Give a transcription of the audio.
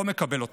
לא מקבל אותם.